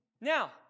Now